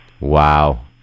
Wow